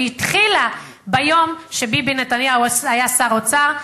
והתחילה ביום שביבי נתניהו היה שר האוצר,